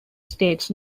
states